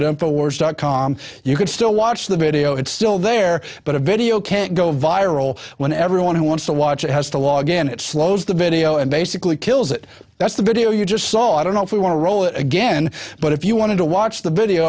words dot com you could still watch the video it's still there but a video can't go viral when everyone who wants to watch it has to log in it slows the video and basically kills it that's the video you just saw i don't know if you want to roll it again but if you want to watch the video